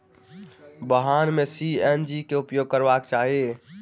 वाहन में सी.एन.जी के उपयोग करबाक चाही